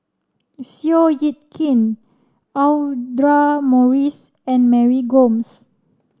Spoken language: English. Seow Yit Kin Audra Morrice and Mary Gomes